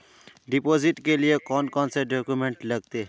Deposit के लिए कौन कौन से डॉक्यूमेंट लगते?